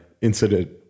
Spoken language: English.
incident